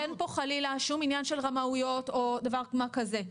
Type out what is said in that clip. חלילה שום עניין של רמאויות או דבר מה כזה,